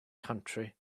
country